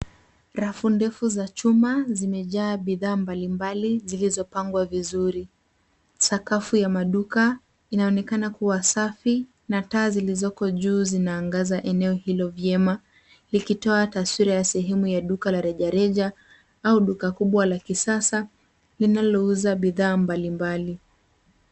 Rafu ndefu za chuma zimejaa bidhaa mbali mbali zilizopangwa vizuri. Sakafu ya maduka inaonekana kuwa safi na taa zilizoko juu zinaangaza eneo hilo vyema, likitoa taswira ya sehemu ya duka la reja reja au duka kubwa la kisasa linalouza bidhaa mbali mbali.